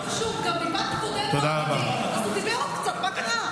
לא חשוב, אז הוא דיבר עוד קצת, מה קרה?